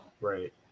right